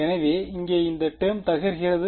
எனவே இங்கே இந்த டேர்ம் தகர்கிறது